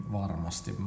varmasti